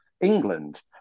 England